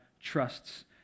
trusts